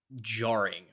jarring